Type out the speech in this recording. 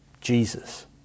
Jesus